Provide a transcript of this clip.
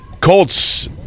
Colts